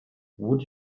would